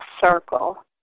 circle